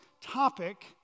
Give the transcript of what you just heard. topic